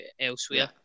elsewhere